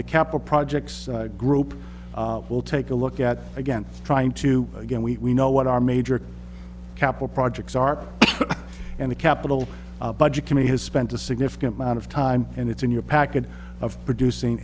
the capital projects group will take a look at again trying to again we know what our major capital projects are and the capital budget committee has spent a significant amount of time and it's in your packet of producing